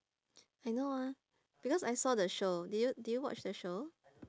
I know ah because I saw the show did you did you watch the show